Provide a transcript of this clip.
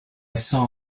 saw